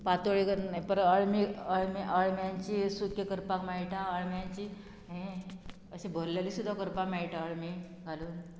पातोळी परत अळमी अळमी अळम्यांची सुदकें करपाक मेळटा अळम्यांची हे अशें भरलेली सुद्दां करपाक मेळटा अळमी घालून